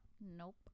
Nope